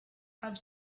have